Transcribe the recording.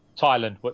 Thailand